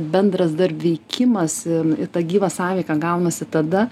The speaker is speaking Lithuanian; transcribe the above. bendras dar veikimas ir ta gyva sąveika gaunasi tada